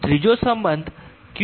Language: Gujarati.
ત્રીજો સંબંધ q h